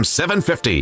750